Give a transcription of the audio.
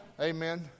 Amen